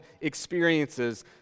experiences